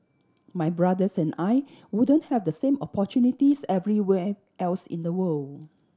my brothers and I wouldn't have the same opportunities everywhere else in the world